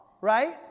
right